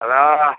hello